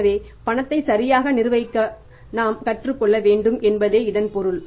எனவே பணத்தை சரியாக நிர்வகிக்க நாம் கற்றுக்கொள்ள வேண்டும் என்பதே இதன் பொருள்